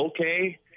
okay